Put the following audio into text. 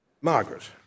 Margaret